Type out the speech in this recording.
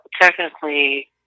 technically